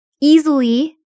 easily